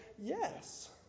yes